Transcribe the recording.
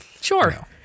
Sure